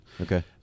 Okay